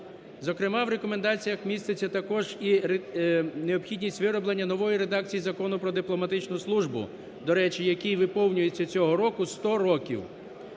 Зокрема, в рекомендаціях мітиться також і необхідність вироблення нової редакції Закону про дипломатичну службу, до речі, якій виповнюється цього року 100 років.